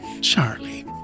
Charlie